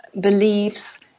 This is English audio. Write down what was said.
beliefs